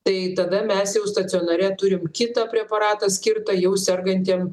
tai tada mes jau stacionare turim kitą preparatą skirtą jau sergantiem